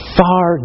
far